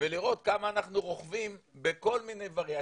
ולראות כמה אנחנו רוכבים בכל מיני וריאציות,